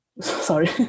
Sorry